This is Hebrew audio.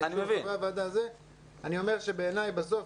בסוף,